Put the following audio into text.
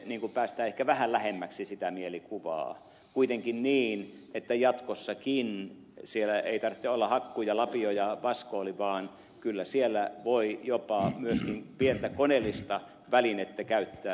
toivottavasti päästään ehkä vähän lähemmäksi sitä mielikuvaa mikä meillä on kullanhuuhdonnasta kuitenkin niin että jatkossakaan siellä ei tarvitse olla hakku ja lapio ja vaskooli vaan kyllä siellä voi jopa myöskin pientä koneellista välinettä käyttää